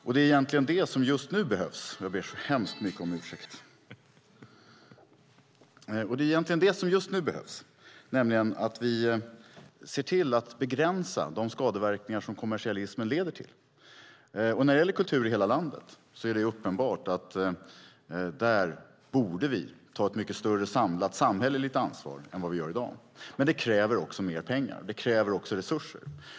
Det är det som just nu behövs. Vi måste se till att begränsa de skadeverkningar som kommersialismen leder till. När det gäller kultur i hela landet är det uppenbart att vi där borde ta ett större samlat samhälleligt ansvar än vad vi gör i dag, men det kräver mer pengar och resurser.